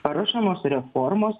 paruošiamos reformos